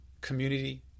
community